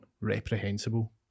reprehensible